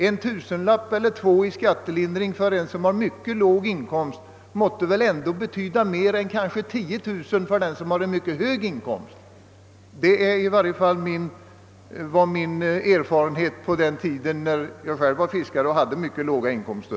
En tusenlapp eller tva i skattelindring för en som har mycket låg inkomst måtte väl ändå betyda mer än kanske 10000 kronor för den som har en mycket hög inkomst. Det var i varje fall min erfarenhet på den tid, när jag själv var fiskare och hade mycket låga inkomster.